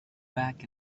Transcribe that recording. back